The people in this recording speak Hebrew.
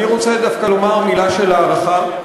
אני רוצה דווקא לומר מילה של הערכה,